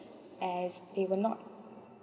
as they were not